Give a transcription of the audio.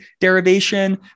derivation